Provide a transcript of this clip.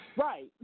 Right